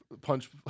punch